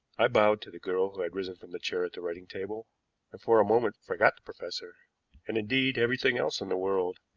i bowed to the girl who had risen from the chair at the writing-table, and for a moment forgot the professor and, indeed, everything else in the world.